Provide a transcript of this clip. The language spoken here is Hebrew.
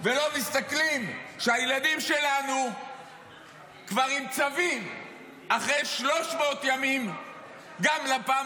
ולא מסתכלים שהילדים שלנו כבר עם צווים אחרי 300 ימים גם לפעם